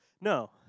No